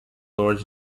lords